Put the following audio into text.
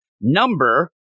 number